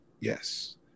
Yes